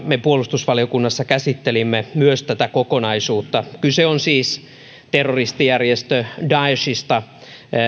me puolustusvaliokunnassa käsittelimme myös tätä kokonaisuutta kyse on siis terroristijärjestö daeshista